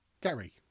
Gary